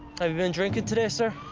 have you been drinking today, sir?